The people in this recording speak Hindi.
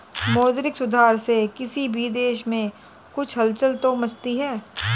मौद्रिक सुधार से किसी भी देश में कुछ हलचल तो मचती है